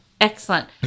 Excellent